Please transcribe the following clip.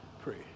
pray